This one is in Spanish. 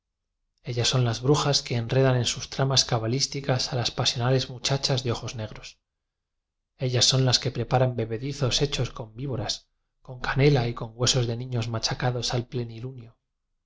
ellas son las brujas que enredan en sus tra mas cabalísticas a las pasionales mucha chas de ojos negros ellas son las que pre paran bebedizos hechos con víboras con canela y con huesos de niños machacados al plenilunio